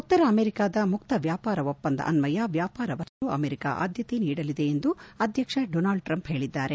ಉತ್ತರ ಅಮೆರಿಕಾದ ಮುಕ್ತ ವ್ಯಾಪಾರ ಒಪ್ಪಂದ ಅನ್ವಯ ವ್ಯಾಪಾರ ವಹಿವಾಟು ಹೆಚ್ಚಿಸಲು ಅಮೆರಿಕ ಆಧ್ಯತೆ ನೀಡಲಿದೆ ಎಂದು ಅಧ್ಯಕ್ಷ ಡೊನೊಲ್ಡ್ ಟ್ರಂಪ್ ಹೇಳಿದ್ದಾರೆ